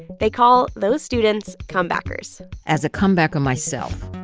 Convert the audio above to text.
they call those students comebackers as a comebacker myself,